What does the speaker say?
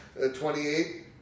28